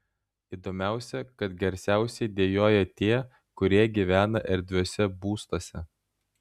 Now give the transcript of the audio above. įdomiausia kad garsiausiai dejuoja tie kurie gyvena erdviuose būstuose